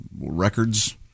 records